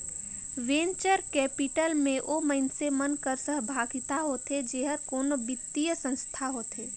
venture capital में ओ मइनसे मन कर सहभागिता होथे जेहर कोनो बित्तीय संस्था होथे